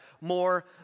more